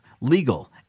legal